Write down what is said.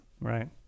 Right